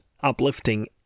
uplifting